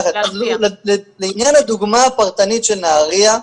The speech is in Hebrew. לעניין הדוגמה הפרטנית של נהריה,